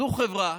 זו חברה